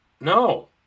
No